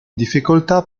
difficoltà